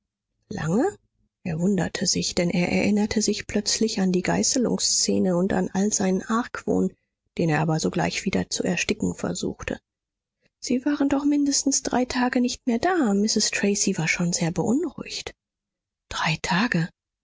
lange er wunderte sich denn er erinnerte sich plötzlich an die geißelungsszene und an all seinen argwohn den er aber sogleich wieder zu ersticken versuchte sie waren doch mindestens drei tage nicht mehr da mrs tracy war schon sehr beunruhigt drei tage